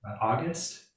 August